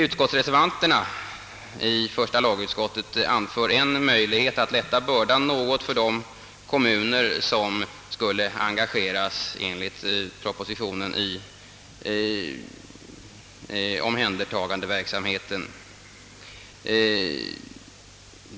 Utskottsreservanterna i första lagutskottet anvisar en möjlighet att lätta bördan något för de kommuner som enligt propositionen skulle engageras i den omhändertagande verksamheten.